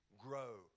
grow